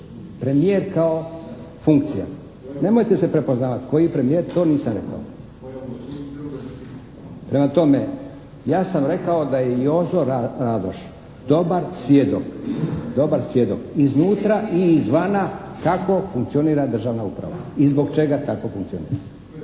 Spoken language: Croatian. Premijer kao funkcija. Nemojte se prepoznavati. Koji premijer, to nisam rekao. Prema tome, ja sam rekao da je Jozo Radoš dobar svjedok iznutra i izvana kako funkcionira državna uprava i zbog čega tako funkcionira.